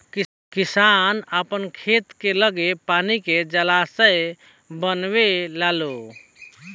किसान आपन खेत के लगे पानी के जलाशय बनवे लालो